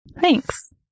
Thanks